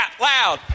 loud